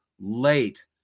late